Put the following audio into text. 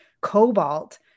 cobalt